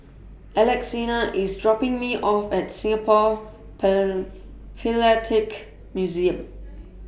Alexina IS dropping Me off At Singapore Per Philatelic Museum